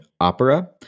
opera